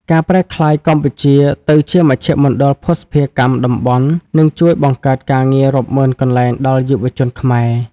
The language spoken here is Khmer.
ការប្រែក្លាយកម្ពុជាទៅជា "មជ្ឈមណ្ឌលភស្តុភារកម្មតំបន់" នឹងជួយបង្កើតការងាររាប់ម៉ឺនកន្លែងដល់យុវជនខ្មែរ។